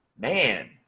man